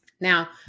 Now